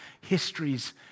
histories